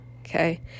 Okay